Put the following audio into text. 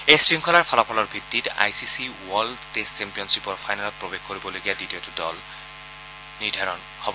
এই শৃংখলাৰ ফলাফলৰ ভিত্তিত I C C world test ছেম্পিয়নখিপৰ ফাইনেলত প্ৰৱেশ কৰিবলগীয়া দ্বিতীয় দলটো নিৰ্ধাৰণ হব